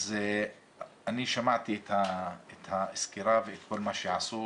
אז אני שמעתי את הסקירה ואת כל מה שעשו.